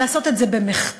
לעשות את זה במחטף,